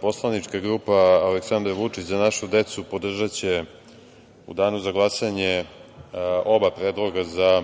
poslanička grupa Aleksandar Vučić – Za našu decu podržaće u danu za glasanje oba predloga za